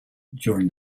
during